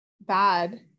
bad